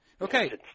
Okay